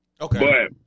Okay